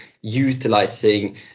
utilizing